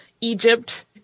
Egypt